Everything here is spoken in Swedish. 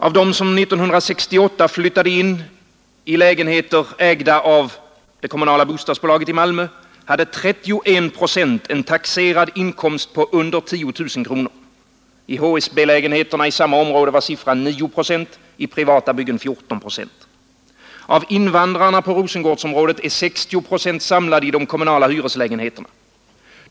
Av dem som 1968 flyttade in i lägenheter ägda av det kommunala bostadsbolaget i Malmö hade 31 procent en taxerad inkomst på mindre än 10 000 kronor; i HSB-lägenheterna i samma område var siffran 9 procent och i privata byggen 14 procent. Av invandrarna på Rosengårdsområdet är 60 procent samlade i de kommunala hyreslägenheterna.